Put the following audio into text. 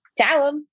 Ciao